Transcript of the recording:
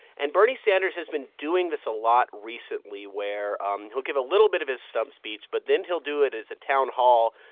and bernie sanders has been doing this a lot recently where um he'll give a little bit of his stump speech, but then he'll do it as a town hall.